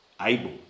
able